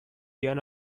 than